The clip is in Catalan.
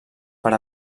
per